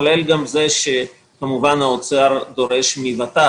כולל גם זה שהאוצר כמובן דורש מוות"ת,